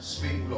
Speak